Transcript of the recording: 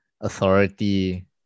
authority